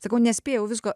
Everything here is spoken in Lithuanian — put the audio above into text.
sakau nespėjau visko